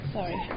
Sorry